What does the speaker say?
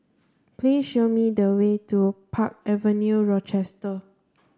please show me the way to Park Avenue Rochester